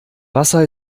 wasser